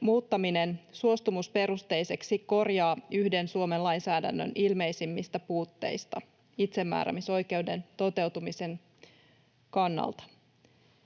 muuttaminen suostumusperusteiksi korjaa yhden Suomen lainsäädännön ilmeisimmistä puutteista itsemääräämisoikeuden toteutumisen kannalta.